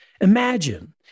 Imagine